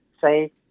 say